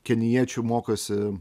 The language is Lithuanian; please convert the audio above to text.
kenijiečių mokosi